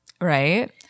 Right